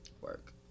Work